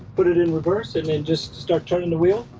put it in reverse and then just start turning the wheel.